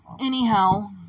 anyhow